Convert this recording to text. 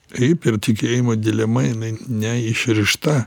taip ir tikėjimo dilema jinai ne išrišta